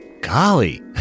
golly